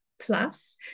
plus